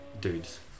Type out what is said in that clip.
dudes